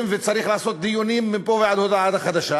וצריך לעשות דיונים מפה ועד הודעה חדשה.